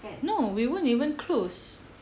no we weren't even close